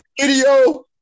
video